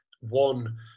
One